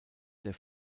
der